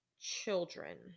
children